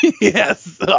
Yes